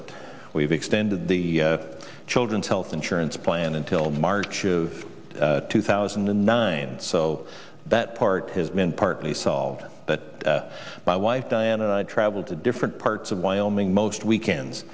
it we've extended the children's health insurance plan until march of two thousand and nine so that part has been partly solved that my wife diane and i travel to different parts of wyoming most weekends